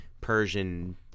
Persian